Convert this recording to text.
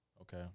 Okay